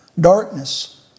darkness